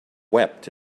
wept